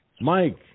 Mike